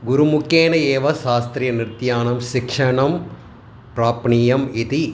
गुरुमुखेन एव शास्त्रीयनृत्यानां शिक्षणं प्रापणीयम् इति